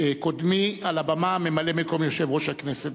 קודמי על הבמה, ממלא-מקום יושב-ראש הכנסת.